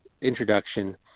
introduction